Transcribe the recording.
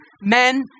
men